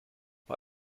bei